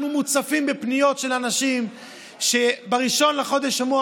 אנחנו מוצפים בפניות של אנשים שב-1 בחודש אמורה